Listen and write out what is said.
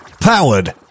powered